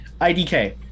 IDK